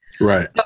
Right